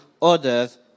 others